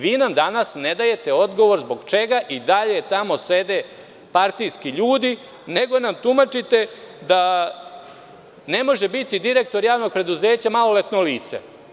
Vi nam danas ne dajete odgovor zbog čega i dalje tamo danas sede partijski ljudi, nego nam tumačite da ne može biti direktor javnog preduzeća maloletno lice.